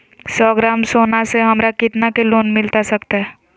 सौ ग्राम सोना से हमरा कितना के लोन मिलता सकतैय?